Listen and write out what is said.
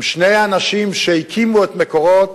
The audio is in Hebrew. שני האנשים שהקימו את "מקורות",